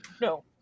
no